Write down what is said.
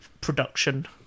production